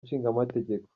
nshingamategeko